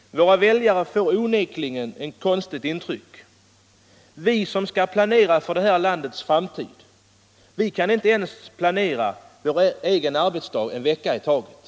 Våra väljare får onekligen ett konstigt intryck: Vi som skall planera för det här landets framtid kan inte ens planera vårt eget arbete en vecka i taget.